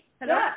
Hello